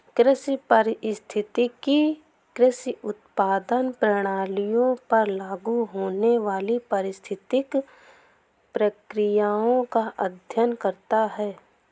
कृषि पारिस्थितिकी कृषि उत्पादन प्रणालियों पर लागू होने वाली पारिस्थितिक प्रक्रियाओं का अध्ययन करता है